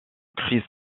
crise